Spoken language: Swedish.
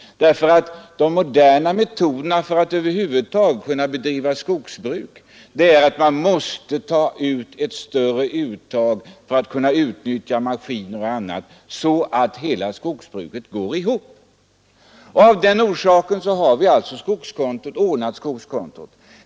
De moderna metoderna kräver, för att man över huvud taget skall kunna bedriva skogsbruk så att det går ihop, att man gör ett större uttag på en gång för att utnyttja maskiner och teknik. Av den orsaken har vi alltså ordnat med skogskonto.